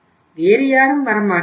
வேறு யாரும் வரமாட்டார்கள்